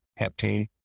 heptane